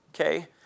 Okay